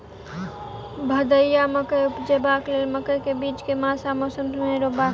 भदैया मकई उपजेबाक लेल मकई केँ बीज केँ मास आ मौसम मे रोपबाक चाहि?